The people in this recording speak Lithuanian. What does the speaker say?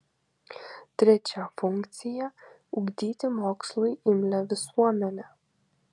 trečia funkcija ugdyti mokslui imlią visuomenę